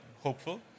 hopeful